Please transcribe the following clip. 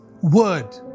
Word